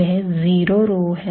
यह zero row है